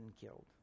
killed